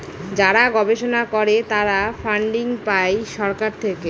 যারা গবেষণা করে তারা ফান্ডিং পাই সরকার থেকে